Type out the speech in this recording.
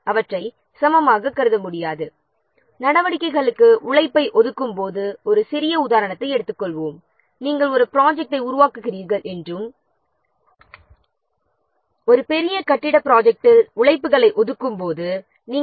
ஒரு சிறிய உதாரணத்தை எடுத்துக் கொள்வோம் ப்ராஜெக்ட்டிற்கு உறுப்பினர்களை ஒதுக்கும்போது நீங்கள் ப்ராஜெக்ட்டை உருவாக்குகிறீர்கள் என்று வைத்துக் கொள்ளுங்கள் மேலும் நாம் அனைத்து உழைப்பாளர்களுக்கும் நடவடிக்கைகளை ஒதுக்குகிறீர்கள்